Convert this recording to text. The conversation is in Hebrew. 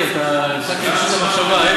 איתן, הפסקת לי את חוט המחשבה.